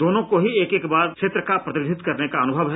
दोनों ही एक एक बार क्षेत्र का प्रतिनिदित्व करने का अनुभव है